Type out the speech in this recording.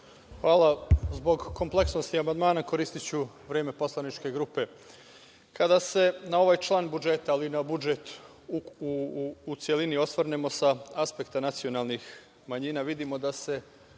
Hvala. Zbog kompleksnosti amandmana koristiću vreme poslaničke grupe. Kada se na ovaj član budžeta ili na budžet u celini osvrnemo sa aspekta nacionalnih manjina, vidimo da se